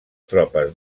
tropes